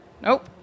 Nope